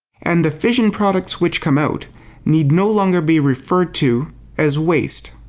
and the fission products which come out need no longer be referred to as waste.